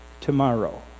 tomorrow